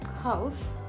house